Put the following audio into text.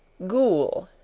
ghoul,